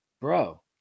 bro